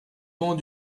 bancs